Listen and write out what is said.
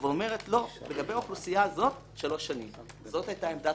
הבג"ץ קיבל את זה, אומר: עוד שנה יהיה דיון.